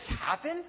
happen